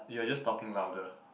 you are just talking louder